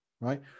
right